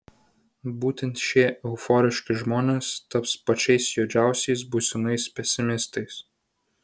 būtent šie euforiški žmonės taps pačiais juodžiausiais būsimais pesimistais